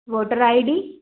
voter ID